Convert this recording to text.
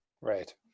Right